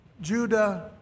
judah